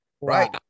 right